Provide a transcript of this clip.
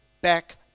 back